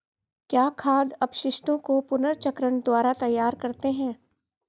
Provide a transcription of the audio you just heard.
क्या खाद अपशिष्टों को पुनर्चक्रण द्वारा तैयार करते हैं?